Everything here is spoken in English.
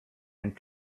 and